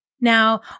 Now